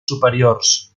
superiors